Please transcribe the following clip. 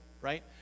right